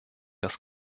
das